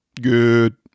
Good